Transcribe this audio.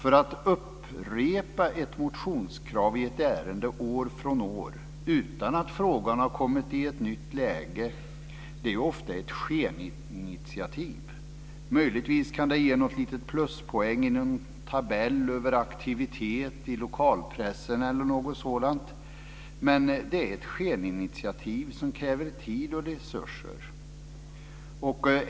Att upprepa ett motionskrav i ett ärende år från år utan att frågan har kommit i ett nytt läge är ofta ett skeninitiativ. Möjligtvis kan det ge något litet pluspoäng i någon tabell över aktivitet i lokalpressen eller något sådant. Men det är ett skeninitiativ som kräver tid och resurser.